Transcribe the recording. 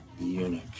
eunuch